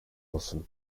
olsun